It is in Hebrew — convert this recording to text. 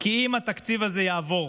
כי אם התקציב הזה יעבור